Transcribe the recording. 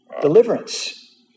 Deliverance